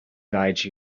guide